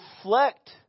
reflect